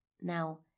Now